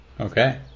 Okay